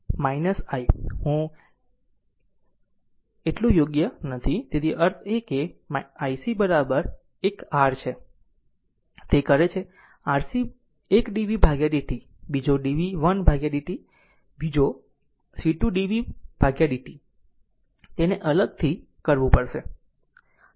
તેથી ic હું આટલું યોગ્ય નથી તેનો અર્થ એ કે ic એક R છે તે કરે છે કે RC 1 dv dt બીજો dv 1 dt બીજો c 2 dv હશે તેને અલગથી કરવું પડશે